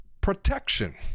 protection